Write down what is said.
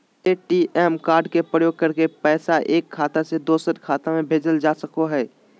ATM card के प्रयोग करके पैसा एक खाता से दोसर खाता में भेजल जा सको हय